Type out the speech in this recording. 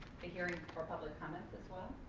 hearing for public comment as well.